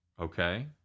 okay